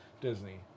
Disney